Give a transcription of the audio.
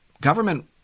government